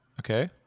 Okay